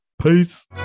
peace